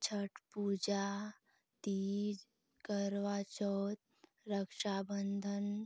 Chhath Puja Teej Karva Chauth Rakshabandhan